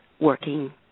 working